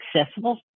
accessible